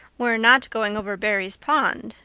we're not going over barry's pond,